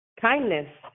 Kindness